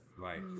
Right